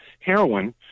heroin